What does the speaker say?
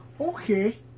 Okay